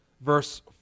Verse